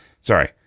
Sorry